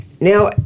Now